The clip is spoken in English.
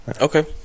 Okay